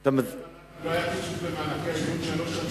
לא היה קיצוץ במענקי האיזון שלוש שנים.